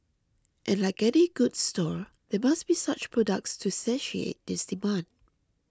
and like any good store there must be such products to satiate this demand